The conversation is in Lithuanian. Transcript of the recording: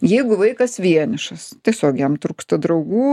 jeigu vaikas vienišas tiesiog jam trūksta draugų